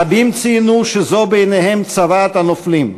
רבים ציינו שזו בעיניהם צוואת הנופלים,